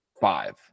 five